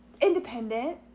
independent